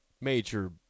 major